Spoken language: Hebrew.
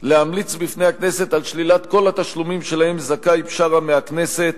להמליץ בפני הכנסת על שלילת כל התשלומים שלהם זכאי בשארה מהכנסת